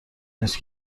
نیست